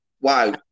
wow